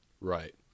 right